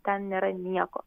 ten nėra nieko